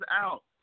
out